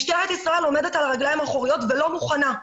משטרת ישראל עומדת על הרגליים האחוריות ולא מוכנה.